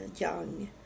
young